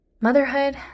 motherhood